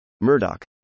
Murdoch